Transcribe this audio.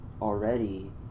already